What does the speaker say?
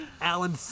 Alan